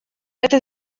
это